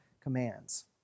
commands